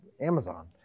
amazon